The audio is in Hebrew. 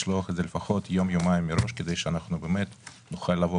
לשלוח את זה לפחות יום-יומיים מראש כדי שנוכל לבוא